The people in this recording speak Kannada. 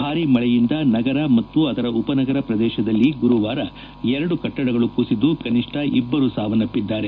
ಭಾರೀ ಮಳೆಯಿಂದ ನಗರ ಮತ್ತು ಅದರ ಉಪನಗರ ಪ್ರದೇಶದಲ್ಲಿ ಗುರುವಾರ ಎರಡು ಕಟ್ಟಡಗಳು ಕುಸಿದು ಕನಿಷ್ಟ ಇಬ್ಲರು ಸಾವನ್ನಪ್ಪಿದ್ದಾರೆ